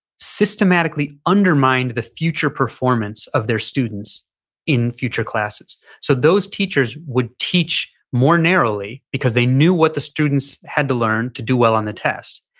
systematically undermined the future performance of their students in future classes. so those teachers would teach more narrowly because they knew what the students had to learn to do well on the test.